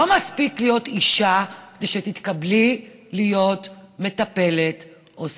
לא מספיק להיות אישה כדי שתתקבלי להיות מטפלת או סייעת,